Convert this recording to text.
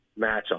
matchup